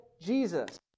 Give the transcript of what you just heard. Jesus